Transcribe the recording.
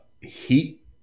heat